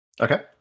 Okay